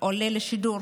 עולה לשידור,